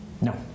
No